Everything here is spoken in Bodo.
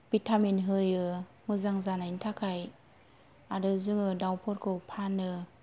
भिटामिन होयो मोजां जानायनि थाखाय आरो जोङो दाउफोरखौ फानो